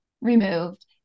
removed